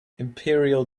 imperial